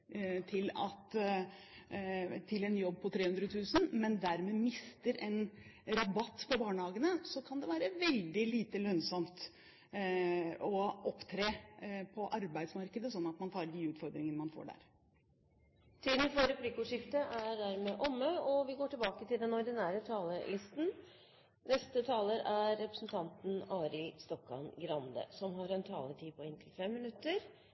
til en jobb til 300 000 kr, men dermed mister en rabatt i barnehagene, kan det være veldig lite lønnsomt å opptre på arbeidsmarkedet – slik at man tar de utfordringene man får der. Replikkordskiftet er dermed omme. I går kveld moret jeg meg med å lese budsjettdebatten til forbruker- og administrasjonskomiteen i desember 1992, altså for 18 år siden. Jeg ville nemlig sjekke hvordan debatten forløp den